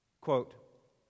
quote